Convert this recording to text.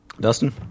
Dustin